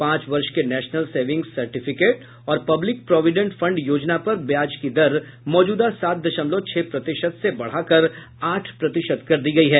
पांच वर्ष के नेशनल सेविंग्स सर्टिफिकेट और पब्लिक प्रॉविडेंट फंड योजना पर ब्याज की दर मौजूदा सात दशमलव छह प्रतिशत से बढ़ाकर आठ प्रतिशत कर दी गई है